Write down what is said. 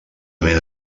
mena